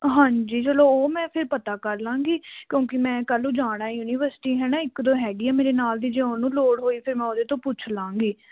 ਹਾਂਜੀ ਚੱਲੋ ਉਹ ਮੈਂ ਫਿਰ ਪਤਾ ਕਰ ਲਾਂਗੀ ਕਿਉਂਕਿ ਮੈਂ ਕੱਲ੍ਹ ਨੂੰ ਜਾਣਾ ਯੂਨੀਵਰਸਿਟੀ ਹੈ ਨਾ ਇੱਕ ਦੋ ਹੈਗੀ ਆ ਮੇਰੇ ਨਾਲ ਦੀ ਜੇ ਉਹਨੂੰ ਲੋੜ ਹੋਈ ਫਿਰ ਮੈਂ ਉਹਦੇ ਤੋਂ ਪੁੱਛ ਲਾਂਗੀ